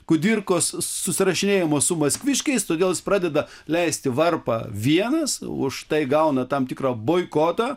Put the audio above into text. kudirkos susirašinėjimo su maskviškiais todėl jis pradeda leisti varpą vienas už tai gauna tam tikrą boikotą